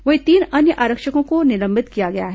वहीं तीन अन्य आरक्षकों को निलंबित किया गया है